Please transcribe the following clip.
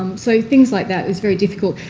um so things like that is very difficult.